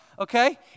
Okay